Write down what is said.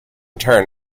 turn